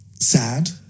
sad